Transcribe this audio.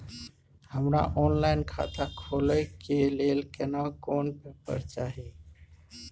हमरा ऑनलाइन खाता खोले के लेल केना कोन पेपर चाही?